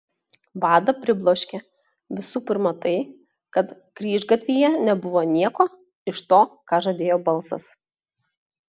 vadą pribloškė visų pirma tai kad kryžgatvyje nebuvo nieko iš to ką žadėjo balsas